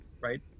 right